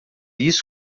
isso